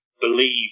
believe